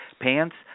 pants